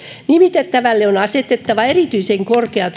nimitettävälle on asetettava erityisen korkeat